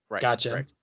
Gotcha